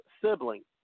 sibling